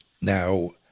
Now